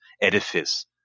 edifice